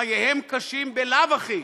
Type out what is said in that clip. חייהם קשים בלאו הכי,